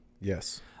Yes